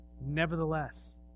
Nevertheless